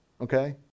okay